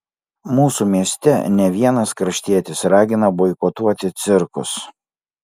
mūsų mieste ne vienas kraštietis ragina boikotuoti cirkus